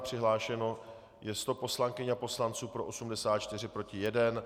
Přihlášeno je 100 poslankyň a poslanců, pro 84, proti 1.